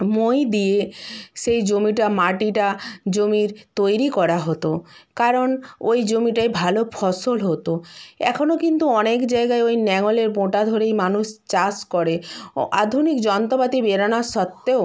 মই দিয়ে সেই জমিটা মাটিটা জমির তৈরি করা হতো কারণ ওই জমিটায় ভালো ফসল হতো এখনো কিন্তু অনেক জায়গায় ওই ন্যাঙলের বোটা ধরেই মানুষ চাষ করে আধুনিক যন্ত্রপাতি বেরানো সত্ত্বেও